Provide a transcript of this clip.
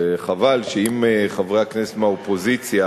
וחבל, אם חברי הכנסת מהאופוזיציה